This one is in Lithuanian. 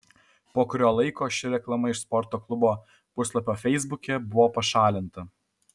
po kurio laiko ši reklama iš sporto klubo puslapio feisbuke buvo pašalinta